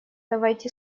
давайте